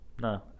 No